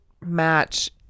match